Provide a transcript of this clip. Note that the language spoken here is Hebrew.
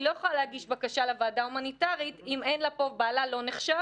היא לא יכולה להגיש בקשה לוועדה ההומניטרית אם אין לה פה בעלה לא נחשב